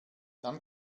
dann